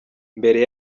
mbere